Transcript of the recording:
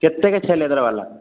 कतेकके छै लेदरबला